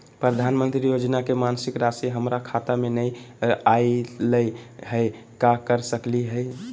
प्रधानमंत्री योजना के मासिक रासि हमरा खाता में नई आइलई हई, का कर सकली हई?